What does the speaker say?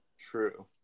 True